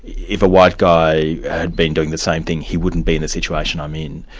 if a white guy had been doing the same thing, he wouldn't be in the situation i'm in.